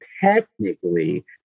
technically